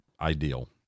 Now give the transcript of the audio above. ideal